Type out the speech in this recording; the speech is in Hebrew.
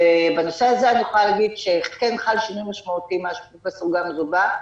ובנושא הזה אני יכולה להגיד שכן חל שינוי משמעותי מאז שפרופ' גמזו בא,